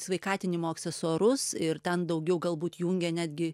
sveikatinimo aksesuarus ir ten daugiau galbūt jungia netgi